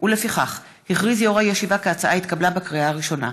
ולפיכך הכריז יו"ר הישיבה כי ההצעה התקבלה בקריאה הראשונה.